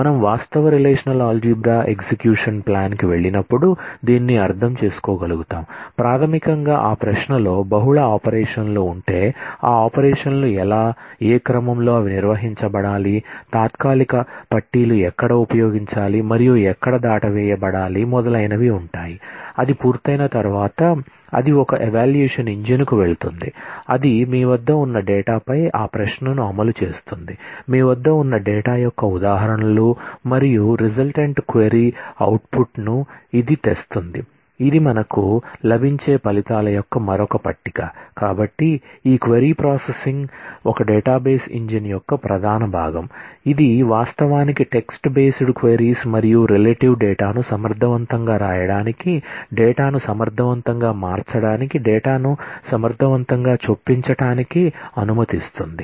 మనము వాస్తవ relational algebra execution plan ను సమర్ధవంతంగా వ్రాయడానికి డేటాను సమర్థవంతంగా మార్చడానికి డేటాను సమర్థవంతంగా చొప్పించడానికి అనుమతిస్తుంది